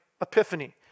epiphany